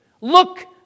Look